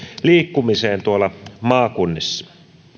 liikkumiseen tuolla maakunnissa